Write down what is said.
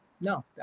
no